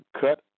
cut